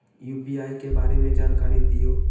UPI के बारे में जानकारी दियौ?